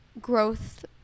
growth